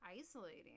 isolating